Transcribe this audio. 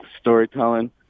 storytelling